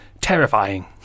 terrifying